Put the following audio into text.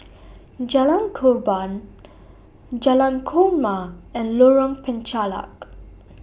Jalan Korban Jalan Korma and Lorong Penchalak